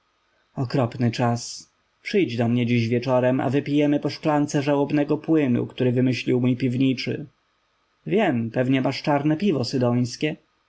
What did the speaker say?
okropny czas przyjdź do mnie dziś wieczorem a wypijemy po szklance żałobnego płynu który wymyślił mój piwniczy wiem pewnie masz czarne piwo